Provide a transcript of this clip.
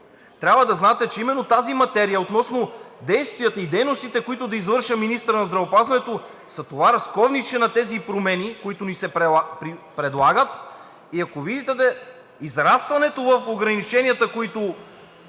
трябва да знаете, че именно тази материя относно действията и дейностите, които да извършва министърът на здравеопазването, са това разковниче на тези промени, които ни се предлагат, а ако видите израстването в ограниченията, които